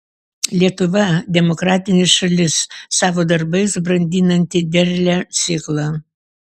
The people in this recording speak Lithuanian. lietuva demokratinė šalis savo darbais brandinanti derlią sėklą